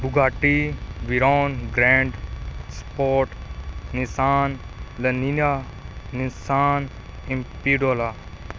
Bugatti Veyron grand sport Nissan ਲੀਲੀਨਾ Nissan